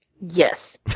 Yes